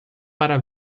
para